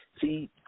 See